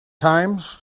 times